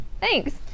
Thanks